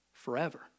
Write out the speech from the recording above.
Forever